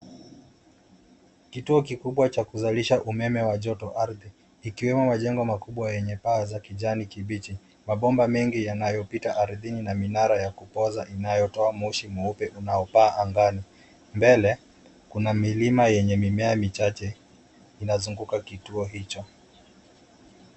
Kituo kikubwa cha kuzalisha umeme wa joto ardhi. Ikiwemo majengo makubwa yenye paa za kijani kibichi. Mabomba mengi yanayopita ardhini na minara ya kupoza inayotoa moshi mweupe unaopaa angani. Mbele, kuna milima yenye mimea michache inazunguka kituo hicho.